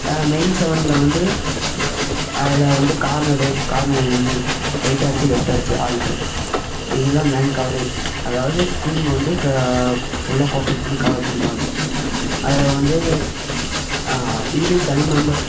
main செவன்ல வந்து அதில் வந்து கார்னரு கார்னர் இன்னு ரைட்டாக அடித்து லெஃப்ட்டாக அடித்து ஆல்டரு இதெலாம் மேன் கவரிங் அதாவது டீமை வந்து க ஃபுல்லாக ஃபோக்கஸ் பண்ணி கவர் பண்ணுற ஆள் அதில் வந்து இதிலே தனி மெம்பர்